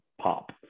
pop